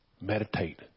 Meditate